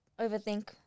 overthink